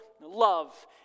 love